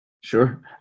sure